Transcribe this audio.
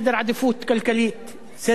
סדר עדיפות של הממשלה בתקציב.